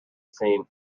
seen